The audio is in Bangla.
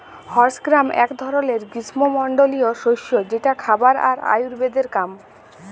হর্স গ্রাম এক ধরলের গ্রীস্মমন্ডলীয় শস্য যেটা খাবার আর আয়ুর্বেদের কাম